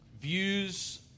views